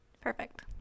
Perfect